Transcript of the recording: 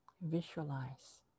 visualize